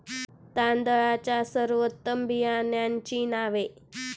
तांदळाच्या सर्वोत्तम बियाण्यांची नावे?